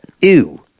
Ew